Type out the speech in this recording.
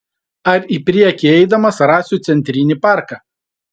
ar į priekį eidamas rasiu centrinį parką